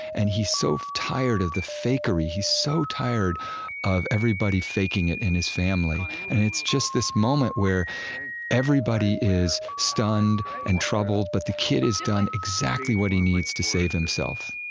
and he's so tired of the fakery he's so tired of everybody faking it in his family. and it's just this moment where everybody is stunned and troubled, but the kid has done exactly what he needs, to save himself